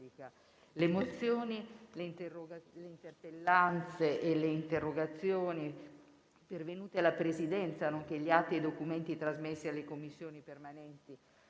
Le mozioni, le interpellanze e le interrogazioni pervenute alla Presidenza, nonché gli atti e i documenti trasmessi alle Commissioni permanenti